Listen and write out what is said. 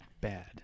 Bad